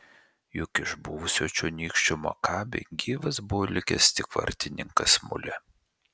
juk iš buvusio čionykščio makabi gyvas buvo likęs tik vartininkas mulė